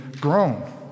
grown